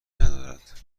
ندارد